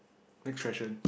next question